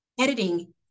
editing